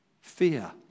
fear